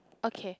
okay